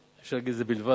אי-אפשר להגיד על זה "בלבד",